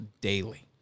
daily